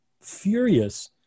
furious